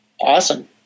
Awesome